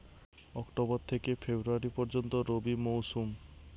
October থেকে February পর্যন্ত রবি মৌসুম